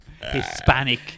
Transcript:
Hispanic